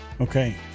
Okay